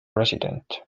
resident